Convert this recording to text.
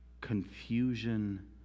confusion